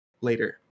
later